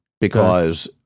because-